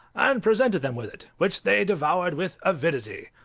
and presented them with it, which they devoured with avidity.